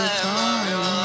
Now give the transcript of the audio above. time